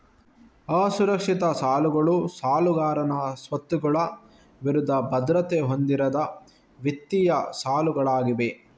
ಅಸುರಕ್ಷಿತ ಸಾಲಗಳು ಸಾಲಗಾರನ ಸ್ವತ್ತುಗಳ ವಿರುದ್ಧ ಭದ್ರತೆ ಹೊಂದಿರದ ವಿತ್ತೀಯ ಸಾಲಗಳಾಗಿವೆ